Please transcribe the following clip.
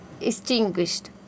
extinguished